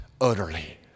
utterly